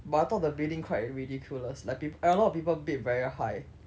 but I thought the bidding quite ridiculous like people a lot of people bid very high